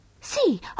see